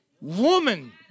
Woman